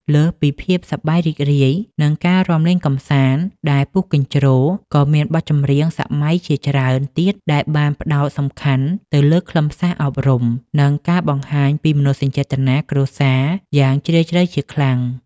លើសពីភាពសប្បាយរីករាយ និងការរាំលេងកម្សាន្តដែលពុះកញ្ជ្រោល ក៏មានបទចម្រៀងសម័យជាច្រើនទៀតដែលបានផ្ដោតសំខាន់ទៅលើខ្លឹមសារអប់រំ និងការបង្ហាញពីមនោសញ្ចេតនាគ្រួសារយ៉ាងជ្រាលជ្រៅជាខ្លាំង។